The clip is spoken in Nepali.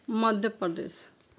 मध्य प्रदेश